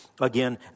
again